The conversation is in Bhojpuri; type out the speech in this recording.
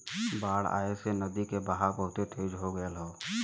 बाढ़ आये से नदी के बहाव बहुते तेज हो गयल हौ